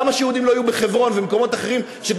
למה שיהודים לא יהיו בחברון ובמקומות אחרים שהם